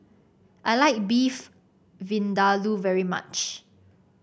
I like Beef Vindaloo very much